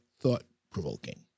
thought-provoking